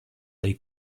dei